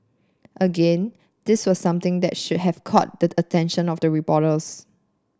again this was something that should have caught the attention of the reporters